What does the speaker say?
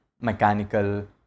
mechanical